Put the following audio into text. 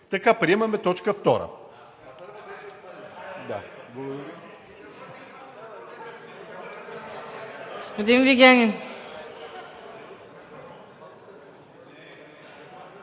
Така приемаме точка втора.